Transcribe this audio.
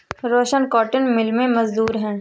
रोशन cotton mill में मजदूर है